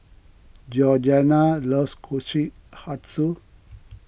Georganna loves Kushikatsu